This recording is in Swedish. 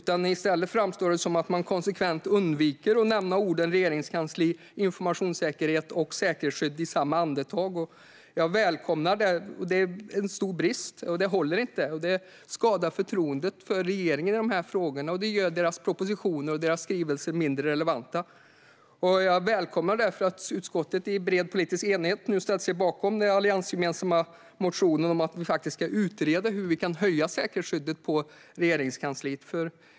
I stället framstår det som att man konsekvent undviker att nämna orden Regeringskansliet, informationssäkerhet och säkerhetsskydd i samma andetag. Detta är en stor brist; det håller inte. Det skadar förtroendet för regeringen i dessa frågor och gör dess propositioner och skrivelser mindre relevanta. Jag välkomnar därför att utskottet i bred politisk enighet nu ställt sig bakom den alliansgemensamma motionen om att vi faktiskt ska utreda hur vi kan höja säkerhetsskyddet på Regeringskansliet.